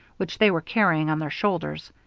which they were carrying on their shoulders.